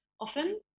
often